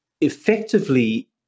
effectively